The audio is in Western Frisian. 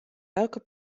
elke